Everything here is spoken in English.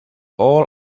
all